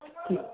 ठीक